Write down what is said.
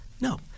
No